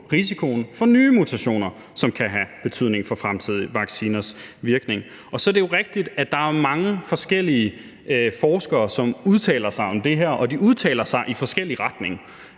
risikoen for nye mutationer, som kan have betydning for fremtidige vacciners virkning. Så er det jo rigtigt, at der er mange forskellige forskere, som udtaler sig om det her, og de udtaler sig i forskellig retning,